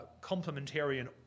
complementarian